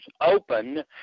open